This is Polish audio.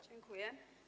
Dziękuję.